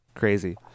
crazy